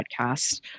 podcast